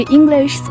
English